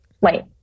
wait